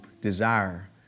desire